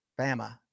Bama